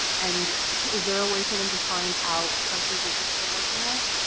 and is there a way for them to find out countries that you're still working with?